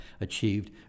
achieved